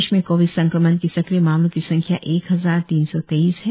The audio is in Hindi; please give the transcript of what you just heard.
प्रदेश में कोविड संक्रमण के सक्रिय मामलों की संख्या एक हजार तीन सौ तेईस है